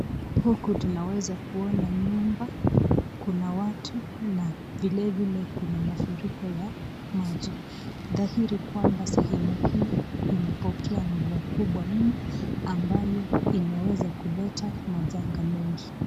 Huku tunaweza kuona nyumba , Kuna watu na vilevilekuna mafuriko ya maji , dhahiri kwamba sehemu hii imepokea mvua kubwa mno ambayo inaweza leta machanga mengi.